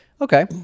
Okay